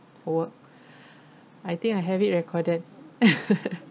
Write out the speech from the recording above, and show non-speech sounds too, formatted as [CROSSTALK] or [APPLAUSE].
for work I think I have it recorded [LAUGHS]